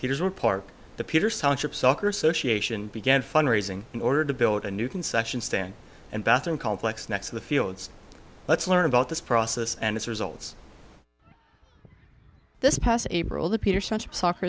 peter's report the peter sonship soccer association began fund raising in order to build a new concession stand and bathroom complex next to the fields let's learn about this process and its results this past april the peterson soccer